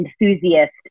enthusiast